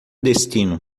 destino